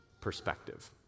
perspective